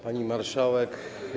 Pani Marszałek!